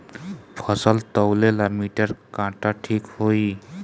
फसल तौले ला मिटर काटा ठिक होही?